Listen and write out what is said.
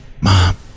Mom